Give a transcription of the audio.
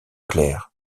claire